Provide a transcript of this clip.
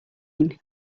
mean